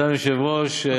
זה בית-המשפט העליון.